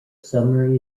summer